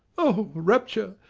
oh, rapture!